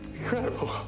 Incredible